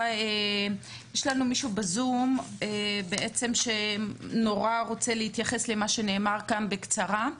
יש לנו מישהו בזום שמאוד רוצה להתייחס למה שנאמר כאן בקצרה?